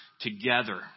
together